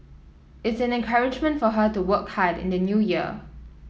it's an encouragement for her to work hard in the New Year